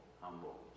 humble